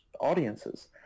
audiences